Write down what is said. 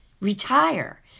Retire